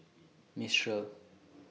Mistral